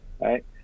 right